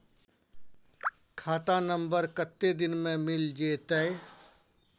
खाता नंबर कत्ते दिन मे मिल जेतै?